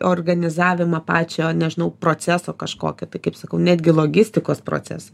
organizavimą pačio nežinau proceso kažkokį tai kaip sakau netgi logistikos procesą